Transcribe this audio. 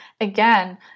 again